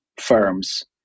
firms